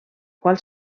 qual